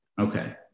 Okay